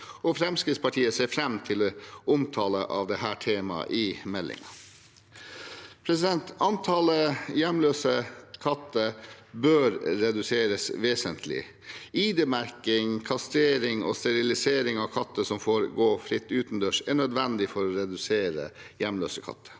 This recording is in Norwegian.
Fremskrittspartiet ser fram til omtalen av dette temaet i meldingen. Antallet hjemløse katter bør reduseres vesentlig. ID-merking, kastrering og sterilisering av katter som får gå fritt utendørs, er nødvendig for å redusere antallet hjemløse katter.